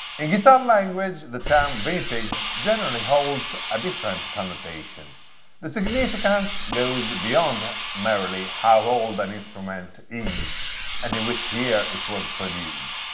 in guitar language the term vintage generally holds a different connotation the significance goes beyond merely how old an instrument is and in which year it was produced.